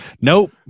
Nope